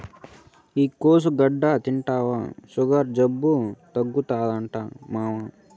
ఈ కోసుగడ్డ తింటివా సుగర్ జబ్బు తగ్గుతాదట మామా